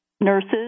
nurses